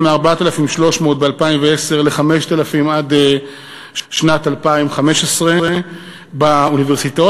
מ-4,300 ב-2010 ל-5,000 עד שנת 2015 באוניברסיטאות,